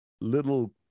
little